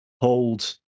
hold